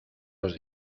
los